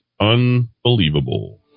unbelievable